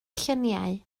lluniau